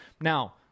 Now